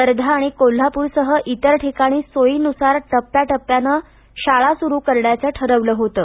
वर्धा आणि कोल्हापूरसह इतर काही ठिकाणी सोयी नुसार टप्प्याटप्प्यानं शाळा सुरू करण्याचं ठरलं होतं